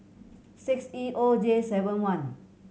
six E O J seven one